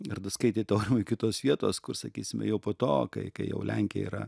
ir daskaitėt aurimai iki tos vietos kur sakysime jau po to kai kai jau lenkija yra